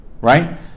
Right